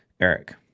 Eric